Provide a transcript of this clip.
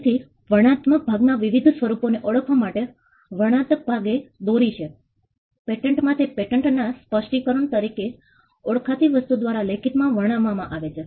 તેથી વર્ણાત્મક ભાગના વિવિધ સ્વરૂપોને ઓળખવા માટે વર્ણાત્મક ભાગે દોરી છે પેટન્ટ માં તે પેટન્ટ ના સ્પષ્ટિકરણ તરીકે ઓળખાતી વસ્તુ દ્વારા લેખિત માં વર્ણવવામાં આવે છે